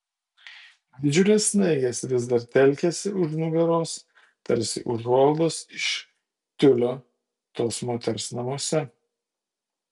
didžiulės snaigės vis dar telkėsi už nugaros tarsi užuolaidos iš tiulio tos moters namuose